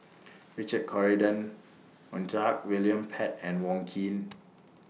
Richard Corridon Montague William Pett and Wong Keen